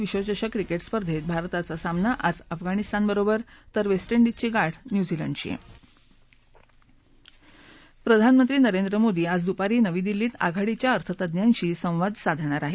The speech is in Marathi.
विश्वचषक क्रिकेट स्पर्धेत भारताचा सामना आज अफगाणिस्तानबरोबर तर वेस्टइंडिजची गाठ न्यूझीलंडशी प्रधानमंत्री नरेंद्र मोदी आज दुपारी नवी दिल्लीत आघाडीच्या अर्थतज्ञांशी संवाद साधणार आहेत